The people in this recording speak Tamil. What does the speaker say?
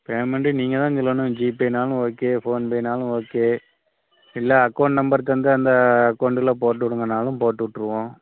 பேமெண்ட்டு நீங்கள் தான் சொல்லணும் ஜிபேனாலும் ஓகே ஃபோன்பேனாலும் ஓகே இல்லை அகௌண்ட் நம்பர் தந்து அந்த அகௌண்டில் போட்டு விடுங்கனாலும் போட்டு விட்டுருவோம்